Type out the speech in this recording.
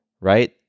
right